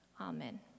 Amen